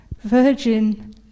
virgin